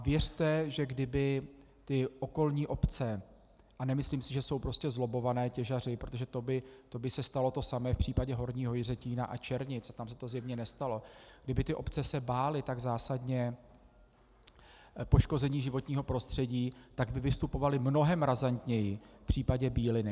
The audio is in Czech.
Věřte, že kdyby okolní obce nemyslím si, že jsou prostě zlobbované těžaři, protože to by se stalo to samé v případě Horního Jiřetína a Černic, a tam se to zjevně nestalo kdyby ty obce se tak zásadně bály poškození životního prostředí, tak by vystupovaly mnohem razantněji v případě Bíliny.